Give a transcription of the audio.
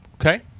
Okay